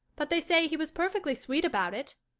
but they say he was perfectly sweet about it.